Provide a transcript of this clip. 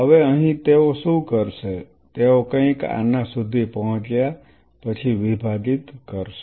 હવે અહીં તેઓ શું કરશે તેઓ કંઈક આના સુધી પહોંચ્યા પછી વિભાજીત કરશે